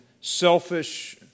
selfish